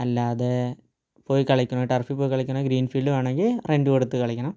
അല്ലാതെ പോയി കളിക്കണം ടർഫിൽ പോയി കളിക്കണം ഗ്രീൻ ഫീൽഡ് ആണെങ്കിൽ റെൻ്റ് കൊടുത്ത് കളിക്കണം